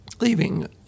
leaving